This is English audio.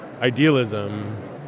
idealism